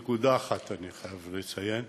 נקודה אחת אני חייב לציין.